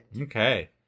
Okay